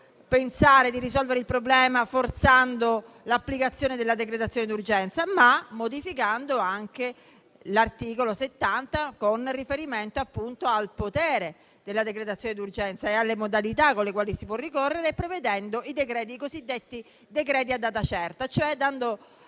pensare di risolvere il problema non forzando l'applicazione della decretazione d'urgenza, ma modificando l'articolo 70, con riferimento al potere della decretazione d'urgenza e alle modalità con le quali vi si può ricorrere; si prevedono i decreti cosiddetti a data certa, e cioè dando